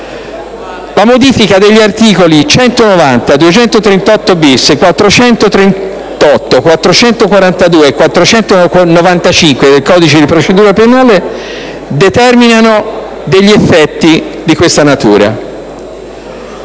La modifica degli articoli 190, 238-*bis*, 438, 442 e 495 del codice di procedura penale determina degli effetti di questa natura.